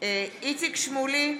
איציק שמולי,